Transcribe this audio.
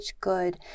good